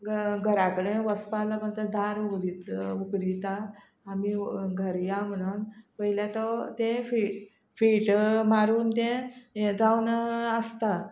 घ घरा कडेन वसपा लागोन तो दार उगडीत उगडिता आमी घर या म्हणोन पयल्या तो तें फी फीट मारून तें हें जावन आसता